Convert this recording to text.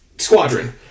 Squadron